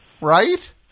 Right